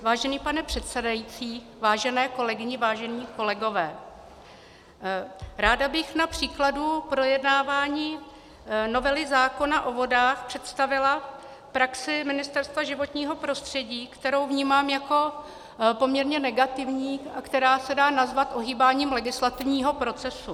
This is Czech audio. Vážený pane předsedající, vážené kolegyně, vážení kolegové, ráda bych na příkladu projednávání novely zákona o vodách představila praxi Ministerstva životního prostředí, kterou vnímám jako poměrně negativní a která se dá nazvat ohýbáním legislativního procesu.